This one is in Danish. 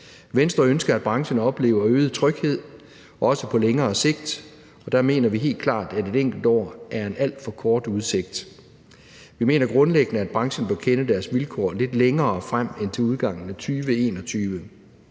Venstre ønsker, at branchen oplever øget tryghed også på længere sigt, og der mener vi helt klart, at et enkelt år er en alt for kort udsigt. Vi mener grundlæggende, at branchen bør kende deres vilkår lidt længere frem end til udgangen af 2021,